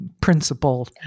Principle